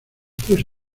tres